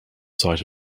site